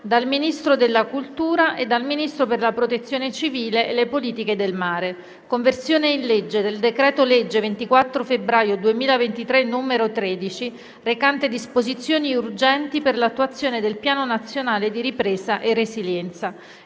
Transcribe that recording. Ministro della cultura Ministro per la protezione civile e le politiche del mare Conversione in legge del decreto-legge 24 febbraio 2023, n. 13, recante disposizioni urgenti per l'attuazione del Piano nazionale di ripresa e resilienza